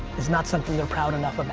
it's not something you're proud enough